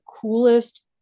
coolest